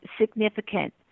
significant